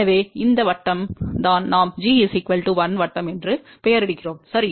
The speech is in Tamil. எனவே இந்த வட்டம் தான் நாம் g 1 வட்டம் என்று பெயரிடுகிறோம் சரி